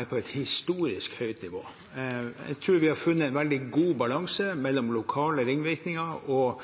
er på et historisk høyt nivå. Jeg tror vi har funnet en veldig god balanse mellom lokale ringvirkninger og